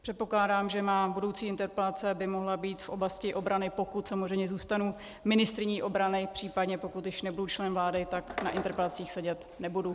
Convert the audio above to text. Předpokládám, že má budoucí interpelace by mohla být v oblasti obrany, pokud samozřejmě zůstanu ministryní obrany, případně pokud již nebudu člen vlády, tak na interpelacích sedět nebudu.